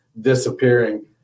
disappearing